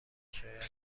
شاید